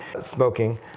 smoking